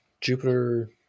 Jupiter